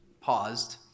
paused